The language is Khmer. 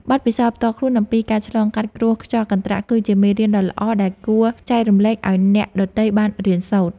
បទពិសោធន៍ផ្ទាល់ខ្លួនអំពីការឆ្លងកាត់គ្រោះខ្យល់កន្ត្រាក់ គឺជាមេរៀនដ៏ល្អដែលគួរចែករំលែកឱ្យអ្នកដទៃបានរៀនសូត្រ។